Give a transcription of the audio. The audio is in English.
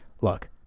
look